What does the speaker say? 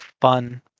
fun